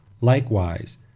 Likewise